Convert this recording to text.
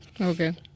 Okay